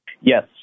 Yes